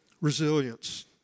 resilience